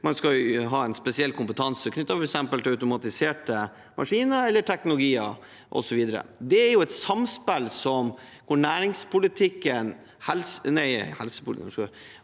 man skal ha en spesiell kompetanse knyttet f.eks. til automatiserte maskiner eller teknologier osv. Det er et samspill hvor næringspolitikken